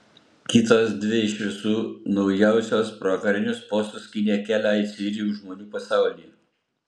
kitos dvi iš visų naujausios pro karinius postus skynė kelią į civilių žmonių pasaulį